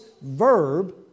verb